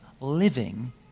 living